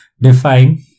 define